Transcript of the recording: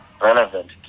relevant